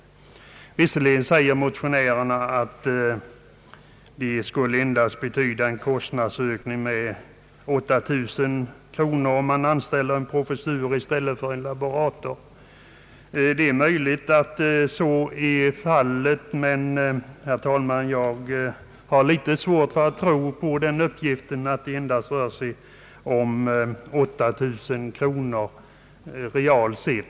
Motionärerna säger visserligen att det endast skulle innebära en kostnadsökning med 8000 kronor om man anställer en professor i stället för en laborator. Det är möjligt att så är fallet formellt sett, men, herr talman, jag har litet svårt att tro att det i realiteten endast rör sig om 8000 kronor.